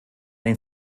den